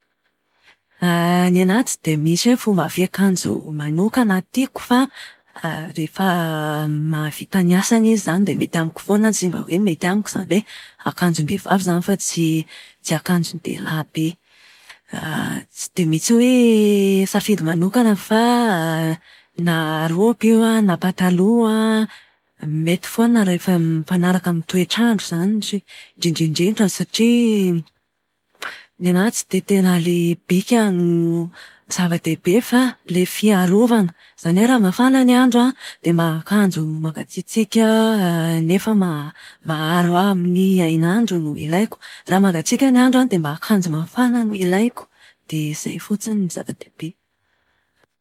Ny anahy tsy dia misy hoe fomba fiakanjo manokana tiako fa rehefa mahavita ny asany izy izany dia mety amiko foana izay mba hoe mety amiko izany hoe akanjom-behivavy fa tsy tsy ankanjon-dehilahy be. Tsy dia misy hoe safidy manokana fa na raoby io na pataloha an, mety foana rehefa mifanaraka amin'ny toetrandro izany, indrindra indrindra satria. Ny anahy tsy dia ilay bikany no zava-dehibe fa ilay fiarovana. Izany hoe raha mafana ny andro a, dia mba akanjo mangatsiatsiaka nefa maharo ahy amin'ny hain'andro no ilaiko. Raha mangatsiaka ny andro a, dia mba akanjo mafana no ilaiko. Dia izay fotsiny no zava-dehibe.